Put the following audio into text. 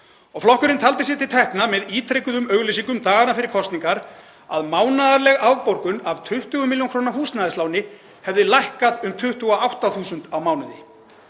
Flokkurinn taldi sér til tekna, með ítrekuðum auglýsingum dagana fyrir kosningar, að mánaðarleg afborgun af 20 millj. kr. húsnæðisláni hefði lækkað um 28.000 kr. á mánuði.